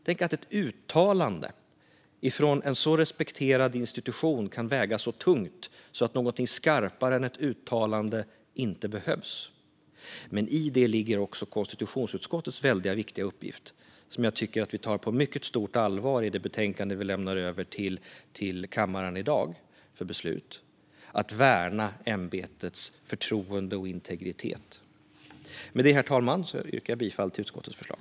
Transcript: Tänk att ett uttalande från en så respekterad institution kan väga så tungt att någonting skarpare än ett uttalande inte behövs! Men i det ligger också konstitutionsutskottets väldigt viktiga uppgift, som jag tycker att vi tar på mycket stort allvar i det betänkande vi lämnar över till kammaren i dag för beslut: att värna ämbetets förtroende och integritet. Med det, herr talman, yrkar jag bifall till utskottets förslag.